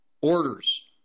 orders